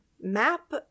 map